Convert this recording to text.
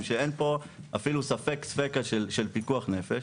שאין פה אפילו ספק ספיקא של פיקוח נפש,